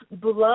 blood